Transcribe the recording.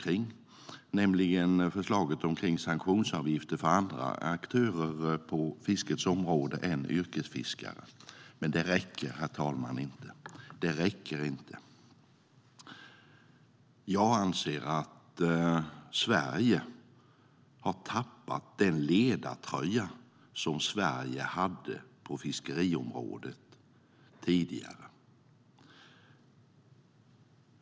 Det handlar om förslaget om sanktionsavgifter för andra aktörer på fiskets område än yrkesfiskare. Men det räcker inte, herr talman. Jag anser att Sverige har tappat den ledartröja som vi hade på fiskeriområdet tidigare.